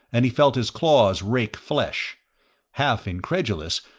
and he felt his claws rake flesh half incredulous,